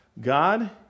God